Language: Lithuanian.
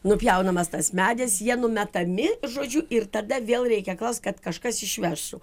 nupjaunamas tas medis jie numetami žodžiu ir tada vėl reikia klaust kad kažkas išvežtų